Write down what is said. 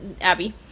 Abby